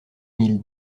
mille